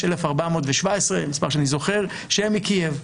יש 1,417 שהם מקייב,